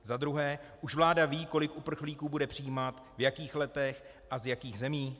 Za druhé, už vláda ví, kolik uprchlíků bude přijímat, v jakých letech a z jakých zemí?